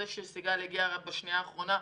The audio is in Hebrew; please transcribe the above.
זה שסיגל יעקבי הגיעה רק בשנייה האחרונה,